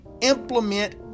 implement